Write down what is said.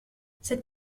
cette